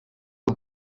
lub